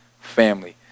family